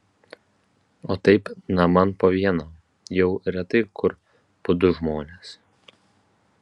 o taip naman po vieną jau retai kur po du žmones